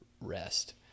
rest